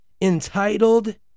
entitled